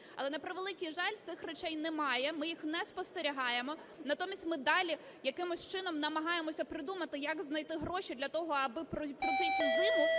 Але, на превеликий жаль, цих речей немає, ми їх не спостерігаємо, натомість ми далі, якимось чином намагаємося придумати як знайти гроші для того, аби пройти цю зиму,